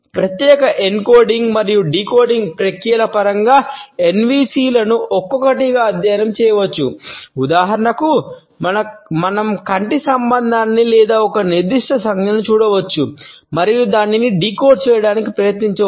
ప్రత్యేక ఎన్కోడింగ్ మరియు డీకోడింగ్ ప్రక్రియల పరంగా ఎన్ వి సి లను ఒక్కొక్కటిగా అధ్యయనం చేయవచ్చు ఉదాహరణకు మనం కంటి సంబంధాన్ని లేదా ఒక నిర్దిష్ట సంజ్ఞను చూడవచ్చు మరియు దానిని డీకోడ్ చేయడానికి ప్రయత్నించవచ్చు